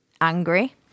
angry